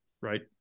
Right